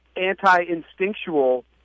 anti-instinctual